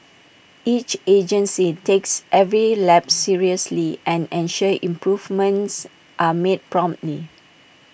each agency takes every lapse seriously and ensures improvements are made promptly